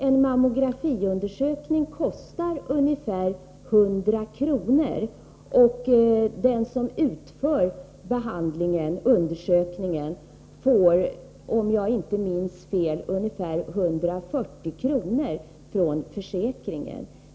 En mammografiundersökning kostar ungefär 100 kr., och den som utför undersökningen får, om jag inte minns fel, ungefär 140 kr. från försäkringen.